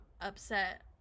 upset